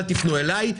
אל תפנו אלי,